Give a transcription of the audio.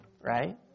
right